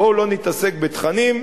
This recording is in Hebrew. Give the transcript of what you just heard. בואו לא נתעסק בתכנים,